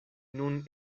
nun